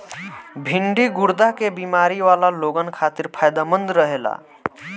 भिन्डी गुर्दा के बेमारी वाला लोगन खातिर फायदमंद रहेला